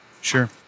Sure